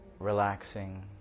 relaxing